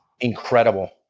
incredible